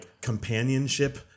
companionship